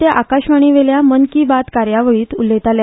ते आकाशवाणी वयल्या मन की बात कार्यावळींत उलयताले